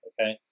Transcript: okay